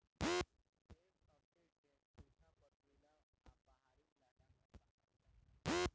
भेड़ सबसे ढेर सुखा, पथरीला आ पहाड़ी इलाका में पालल जाला